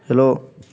hello